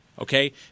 Okay